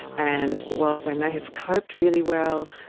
and whilst they may have coped really well,